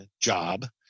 job